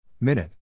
Minute